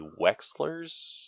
Wexlers